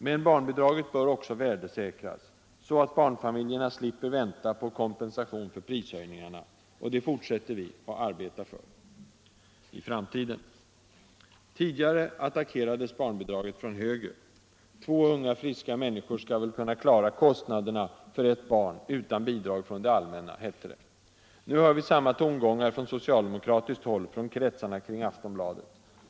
Men barnbidraget bör också värdesäkras, så att barnfamiljerna slipper vänta på kompensation för prishöjningarna. Det fortsätter vi att arbeta för. Tidigare attackerades barnbidraget från höger. Två unga friska människor skall väl kunna klara kostnaderna för ett barn utan bidrag från det allmänna, hette det. Nu hör vi samma tongångar från socialdemokratiskt håll, från kretsarna kring Aftonbladet.